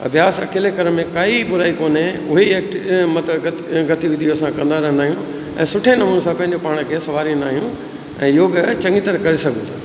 अभ्यास अकेले करण में काई बुराई कोन्हे उहा ही एक्ट मतिलबु गति गतिविधियूं असां कंदा रहंदा आहियूं ऐं सुठे नमूने सां पंहिंजो पाण खे सवारींदा आहियूं ऐं योग चङी तरह करे सघूं था